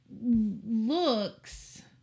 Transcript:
looks